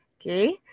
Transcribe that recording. Okay